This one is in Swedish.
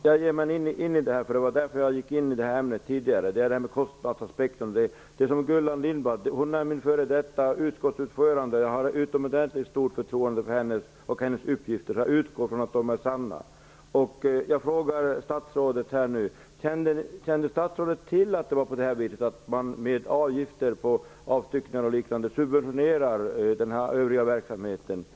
Herr talman! Jag ger mig in i detta eftersom det handlar om kostnadsaspekten. Gullan Lindblad är min f.d. utskottsordförande. Jag har utomordentligt stort förtroende för henne och hennes uppgifter. Jag utgår ifrån att de är sanna. Kände statsrådet till att man med avgifter på avstyckningar och liknande subventionerar den övriga verksamheten?